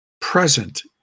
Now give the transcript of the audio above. Present